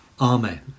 Amen